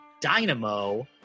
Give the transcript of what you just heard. dynamo